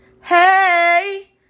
hey